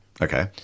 okay